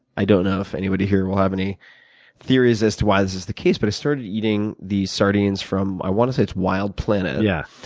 i don't know if anybody here will have any theories as to why this is the case, but i started eating the sardines from, i want to say, wild planet. yeah.